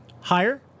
higher